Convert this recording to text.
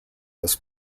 this